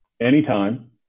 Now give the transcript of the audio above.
anytime